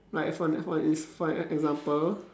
like for the for is for an example